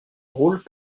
roulent